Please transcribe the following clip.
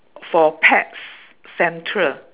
for pets central